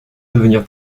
devenir